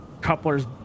Coupler's